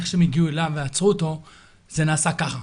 איך שהם הגיעו אליו ועצרו אותו - זה נעשה ככה.